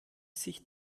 sich